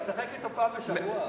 לשחק אתו פעם בשבוע.